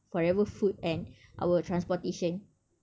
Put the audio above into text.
forever food and our transportation